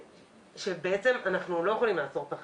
אנחנו לא יכולים לעצור את החיים.